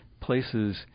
places